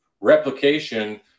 replication